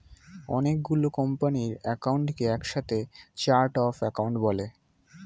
অনেক গুলো কোম্পানির অ্যাকাউন্টকে একসাথে চার্ট অফ অ্যাকাউন্ট বলে